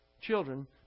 children